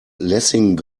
lessing